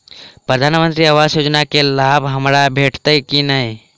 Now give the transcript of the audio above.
प्रधानमंत्री आवास योजना केँ लाभ हमरा भेटतय की नहि?